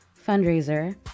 fundraiser